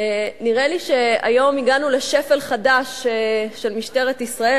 נראה לי שהיום הגענו לשפל חדש של משטרת ישראל,